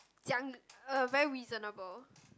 讲 uh very reasonable